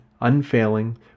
unfailing